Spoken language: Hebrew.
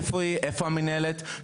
איפה המינהלת?